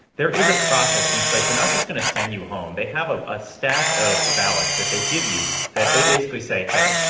there is a process in place they're not just going to send you home. they have ah a stack of ballots that they give you that they basically say, hey,